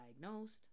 diagnosed